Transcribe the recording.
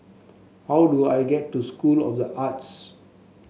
how do I get to School of the Arts